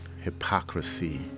hypocrisy